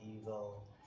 evil